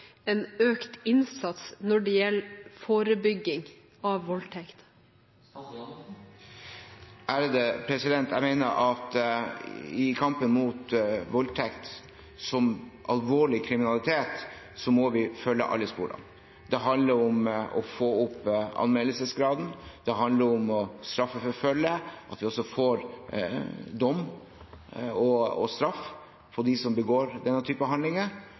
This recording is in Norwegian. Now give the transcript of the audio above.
en økt innsats når det gjelder forebygging av voldtekt? Jeg mener at i kampen mot voldtekt – som alvorlig kriminalitet – må vi følge alle sporene. Det handler om å få opp anmeldelsesgraden, og det handler om å straffeforfølge, at vi også får dom og straff for dem som begår denne typen handlinger,